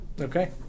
Okay